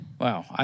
Wow